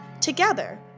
Together